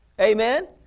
Amen